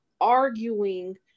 arguing